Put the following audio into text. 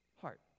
heart